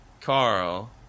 Carl